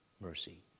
mercy